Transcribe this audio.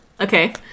Okay